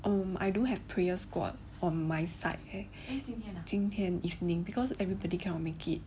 um I do have prayer squad on my side eh 今天 evening because everybody cannot make it